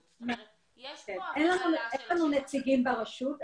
יש לכם הרי נציגים בכל רשות.